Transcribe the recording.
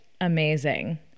amazing